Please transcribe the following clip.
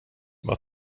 vad